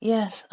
Yes